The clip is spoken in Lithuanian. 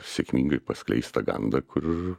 sėkmingai paskleistą gandą kur